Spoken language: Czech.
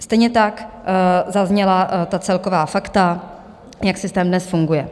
Stejně tak zazněla celková fakta, jak systém dnes funguje.